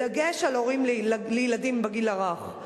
בדגש על הורים לילדים בגיל הרך.